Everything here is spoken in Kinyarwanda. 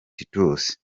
titus